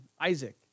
Isaac